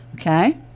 Okay